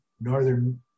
northern